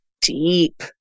deep